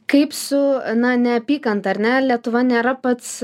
kaip su na neapykanta ar ne lietuva nėra pats